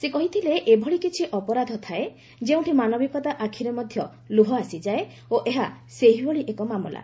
ସେ କହିଥିଲେ ଏଭଳି କିଛି ଅପରାଧ ଥାଏ ଯେଉଁଠି ମାନବିକତା ଆଖିରେ ମଧ୍ୟ ଲୁହ ଆସିଯାଏ ଓ ଏହା ସେହିଭଳି ଏକ ମାମଲା